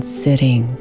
sitting